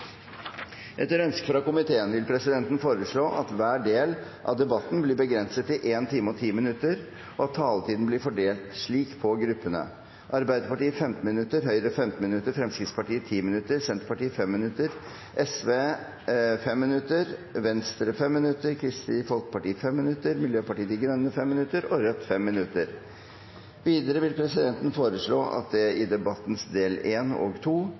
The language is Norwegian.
Etter ønske fra komiteen vil presidenten foreslå at hver del av debatten blir begrenset til 1 time og 10 minutter, og at taletiden blir fordelt slik på gruppene: Arbeiderpartiet 15 minutter, Høyre 15 minutter, Fremskrittspartiet 10 minutter, Senterpartiet 5 minutter, Sosialistisk Venstreparti 5 minutter, Venstre 5 minutter, Kristelig Folkeparti 5 minutter, Miljøpartiet De Grønne 5 minutter og Rødt 5 minutter. Videre vil presidenten foreslå at det i debattens del 1 og